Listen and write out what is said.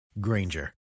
Granger